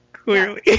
Clearly